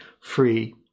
free